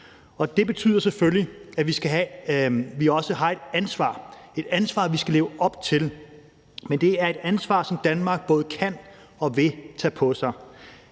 Det betyder selvfølgelig, at vi også har et ansvar – et ansvar, vi skal leve op til. Men det er et ansvar, som Danmark både kan og vil tage på sig.